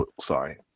sorry